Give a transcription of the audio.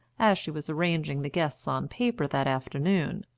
as she was arranging the guests on paper that afternoon.